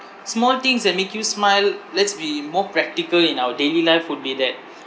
small things that make you smile let's be more practical in our daily life would be that